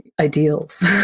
ideals